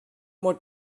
more